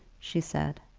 she said.